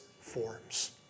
forms